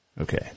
Okay